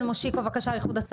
כן, בבקשה, מושיקו מאיחוד הצלה.